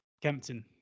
Kempton